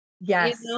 Yes